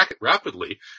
rapidly